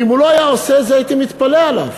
ואם הוא לא היה עושה את זה הייתי מתפלא עליו.